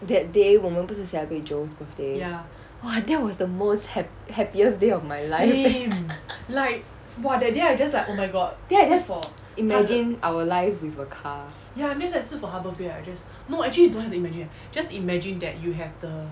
that day 我们不是 celebrate joe's birthday !wah! that was the most hap~ happiest day of my life then I just imagine our life with a car